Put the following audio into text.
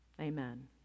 amen